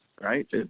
right